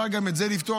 אפשר גם את זה לפתור.